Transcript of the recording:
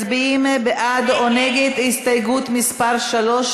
מצביעים בעד או נגד הסתייגות מס' 3,